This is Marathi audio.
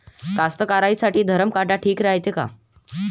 कास्तकाराइसाठी धरम काटा ठीक रायते का?